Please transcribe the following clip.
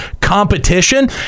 competition